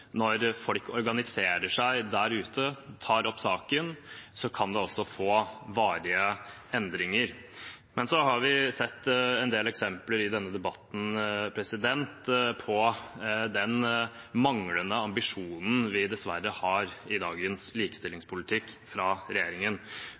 når folk der ute organiserer seg og tar opp saker, kan det også føre til varige endringer. Men så har vi i denne debatten sett en del eksempler på de manglende ambisjonene regjeringen dessverre har i dagens